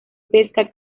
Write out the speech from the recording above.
pesca